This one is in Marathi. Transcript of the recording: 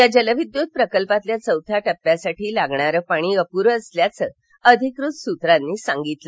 या जलविद्युत प्रकल्पातील चौथ्या टप्प्यासाठी लागणारं पाणी अप्रं असल्याचं अधिकृत सुत्रांनी सांगितलं